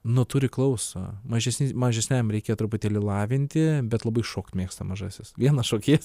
nu turi klausą mažesni mažesniajam reikia truputėlį lavinti bet labai šokti mėgsta mažasis vienas šokėjas